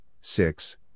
six